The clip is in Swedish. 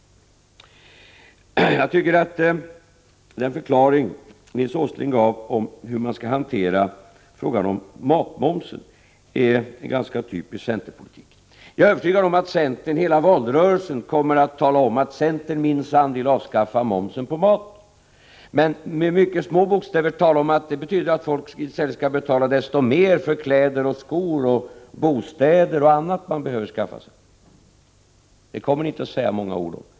Det besked som Nils Åsling gav om hur man skall hantera frågan om matmomsen är ganska typisk centerpolitik. Jag är övertygad om att centern under hela valrörelsen kommer att tala om att centern minsann vill avskaffa momsen på mat. Men med mycket små bokstäver talar man om att detta betyder att folk i stället måste betala desto mera för kläder, skor, bostäder och annat, som man behöver skaffa sig. Det säger centern inte många ord om.